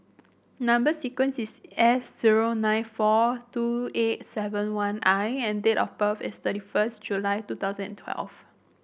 number sequence is S zero nine four two eight seven one I and date of birth is thirty first July two thousand and twelve